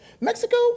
Mexico